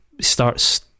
starts